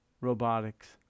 robotics